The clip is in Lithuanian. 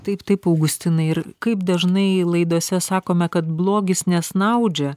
taip taip augustinai ir kaip dažnai laidose sakome kad blogis nesnaudžia